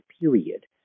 period